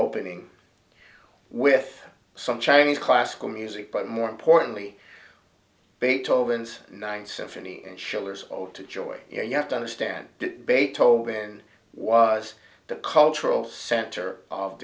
opening with some chinese classical music but more importantly beethoven's ninth symphony and shiller's ode to joy you have to understand beethoven was the cultural center of